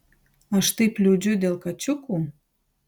aš taip liūdžiu dėl kačiukų